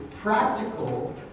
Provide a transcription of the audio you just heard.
practical